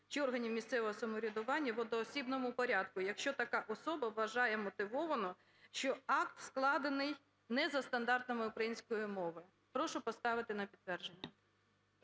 чи органів місцевого самоврядування в одноосібному порядку, якщо така особа вважає вмотивовано, що акт складений не за стандартами української мови. Прошу поставити на підтвердження.